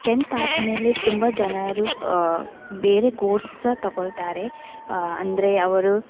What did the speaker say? tenth ಆದ ಮೇಲೆ ತುಂಬ ಜನರು ಬೇರೆ ಕೋರ್ಸ್ ಸಹ ತಗೊಳ್ತಾರೆ ಅಂದರೆ ಅವರು